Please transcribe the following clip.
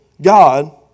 God